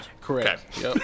Correct